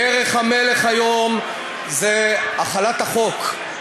דרך המלך היום זה החלת החוק,